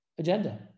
agenda